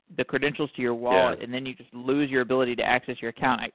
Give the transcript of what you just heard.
the credentials to your wallet, and then you just lose your ability to access your account. like